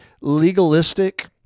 legalistic